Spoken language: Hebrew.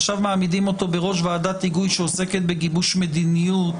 עכשיו מעמידים אותו בראש ועדת היגוי שעוסקת בגיבוש מדיניות.